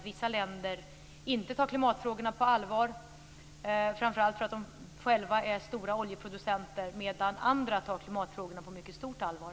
Vissa länder tar inte klimatfrågorna på allvar, framför allt för att de själva är stora oljeproducenter, medan andra tar klimatfrågorna på mycket stort allvar.